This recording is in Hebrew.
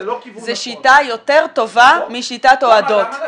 זו שיטה יותר טובה משיטת ההועדות.